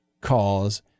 cause